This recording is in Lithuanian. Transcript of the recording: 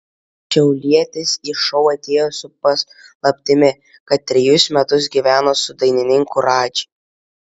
šiaulietis į šou atėjo su paslaptimi kad trejus metus gyveno su dainininku radži